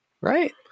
right